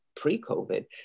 pre-covid